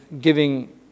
giving